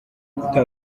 gutanga